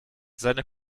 seine